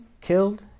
killed